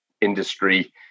industry